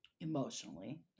Emotionally